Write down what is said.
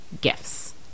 gifts